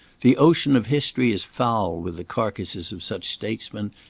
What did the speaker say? the ocean of history is foul with the carcases of such statesmen,